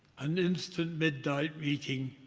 an instant midnight meeting,